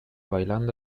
bailando